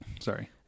Sorry